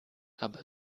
aber